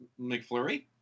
McFlurry